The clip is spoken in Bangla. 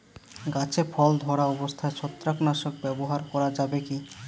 গাছে ফল ধরা অবস্থায় ছত্রাকনাশক ব্যবহার করা যাবে কী?